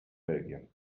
belgien